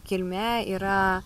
kilmė yra